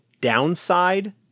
downside